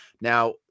Now